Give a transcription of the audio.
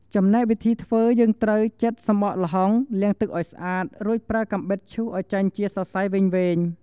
ចំណែកវិធីធ្វើយើងត្រូវ ចិតសម្បកល្ហុង លាងទឹកឲ្យស្អាត រួចប្រើកាំបិតឈូសឲ្យចេញជាសរសៃវែងៗ។